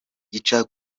gica